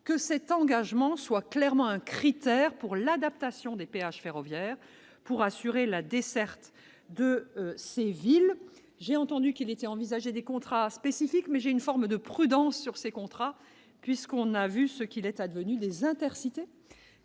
de cet engagement un critère pour l'adaptation des péages ferroviaires, afin d'assurer la desserte de ces villes. J'ai entendu qu'étaient envisagés des contrats spécifiques, mais j'ai une forme de prudence à l'égard de tels contrats. On a vu ce qu'il est advenu des Intercités,